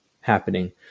happening